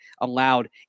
allowed